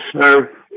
sir